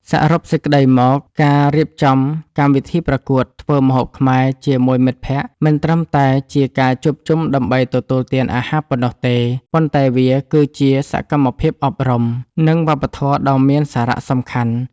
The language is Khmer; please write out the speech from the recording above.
សរុបសេចក្ដីមក ការរៀបចំកម្មវិធីប្រកួតធ្វើម្ហូបខ្មែរជាមួយមិត្តភក្តិ មិនត្រឹមតែជាការជួបជុំដើម្បីទទួលទានអាហារប៉ុណ្ណោះទេ ប៉ុន្តែវាគឺជាសកម្មភាពអប់រំ និងវប្បធម៌ដ៏មានសារៈសំខាន់។